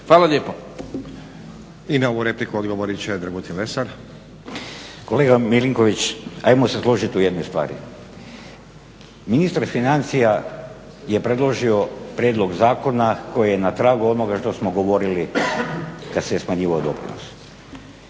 Dragutin (Hrvatski laburisti - Stranka rada)** Kolega MIlinković ajmo se složiti u jednoj stvari, ministar financija je predložio prijedlog zakona koji je na tragu onoga što smo govorili kada se je smanjivao doprinos.